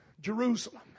Jerusalem